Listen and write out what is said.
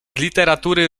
literatury